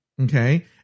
Okay